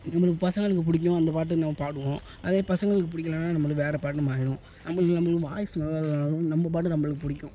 இவங்களுக்கு பசங்களுக்கு பிடிக்கும் அந்த பாட்டு நம்ம பாடுவோம் அதே பசங்களுக்கு பிடிக்கலனா நம்மளுக்கு வேறே பாட்டு மாறிடுவோம் நம்மளுக்கு நம்மளுக்கு வாய்ஸ் நல்லா இல்லைன்னாலும் நம்ம பாட்டு நம்மளுக்கு பிடிக்கும்